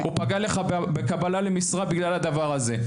או פגע לך בקבלה למשרה בגלל הדבר הזה.